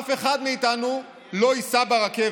אף אחד מאיתנו לא ייסע ברכבת.